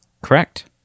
Correct